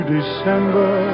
December